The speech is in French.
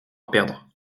perdre